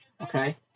Okay